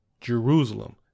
Jerusalem